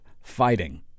fighting